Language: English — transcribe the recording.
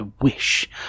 wish